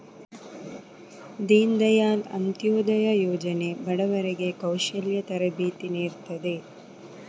ದೀನ್ ದಯಾಳ್ ಅಂತ್ಯೋದಯ ಯೋಜನೆ ಬಡವರಿಗೆ ಕೌಶಲ್ಯ ತರಬೇತಿ ನೀಡ್ತದೆ